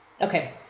Okay